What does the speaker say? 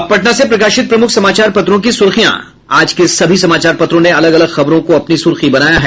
अब पटना से प्रकाशित प्रमुख समाचार पत्रों की सुर्खियां आज के सभी समाचार पत्रों ने अलग अलग खबरों को अपनी सुर्खी बनाया है